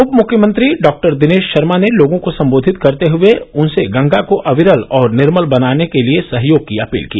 उप मुख्यमंत्री डॉ दिनेश शर्मा ने लोगों को संबोधित करते हुए उनसे गंगा को अविरल और निर्मल बनाने के लिए सहयोग की अपील की